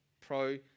pro